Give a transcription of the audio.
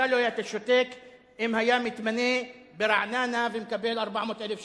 אתה לא היית שותק אם היה מתמנה ברעננה ומקבל 400,000 שקל,